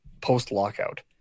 post-lockout